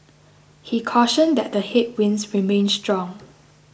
he cautioned that the headwinds remain strong